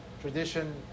Tradition